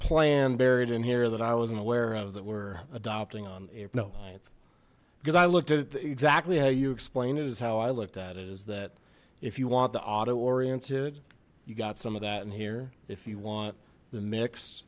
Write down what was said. plan buried in here that i wasn't aware of that we're adopting on because i looked at exactly how you explained it is how i looked at it is that if you want the auto oriented you got some of that in here if you want the mix